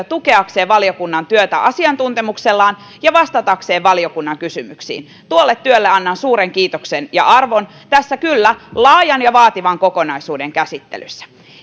tukeakseen valiokunnan työtä asiantuntemuksellaan ja vastatakseen valiokunnan kysymyksiin tuolle työlle annan suuren kiitoksen ja arvon tässä kyllä laajan ja vaativan kokonaisuuden käsittelyssä